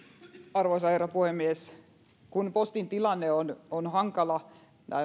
arvoisa herra puhemies kun postin tilanne on on hankala